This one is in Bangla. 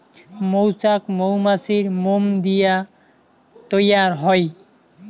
মৌচাক মৌমাছির মোম দিয়া তৈয়ার হই